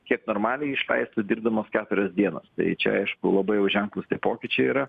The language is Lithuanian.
kiek normaliai išlaistų dirbdamas keturias dienas tai čia aišku labai jau ženklūs tie pokyčiai yra